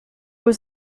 was